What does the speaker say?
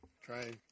Try